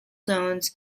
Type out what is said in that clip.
zones